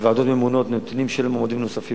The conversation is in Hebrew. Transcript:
בוועדות הממונות נתונים של מועמדים נוספים.